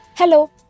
Hello